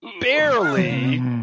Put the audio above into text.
barely